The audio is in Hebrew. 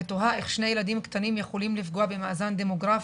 ותוהה איך שני ילדים קטנים יכולים לפגוע במאזן דמוגרפי.